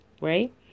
right